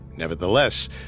Nevertheless